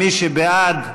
מי שבעד,